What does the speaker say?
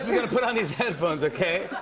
gonna put on these headphones, okay?